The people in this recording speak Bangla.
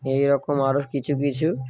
এইরকম আরও কিছু কিছু